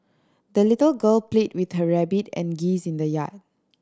the little girl played with her rabbit and geese in the yard